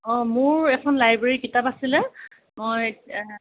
অঁ মোৰ এখন লাইব্ৰেৰী কিতাপ আছিলে মই